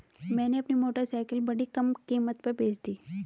मैंने अपनी मोटरसाइकिल बड़ी कम कीमत में बेंच दी